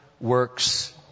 works